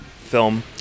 film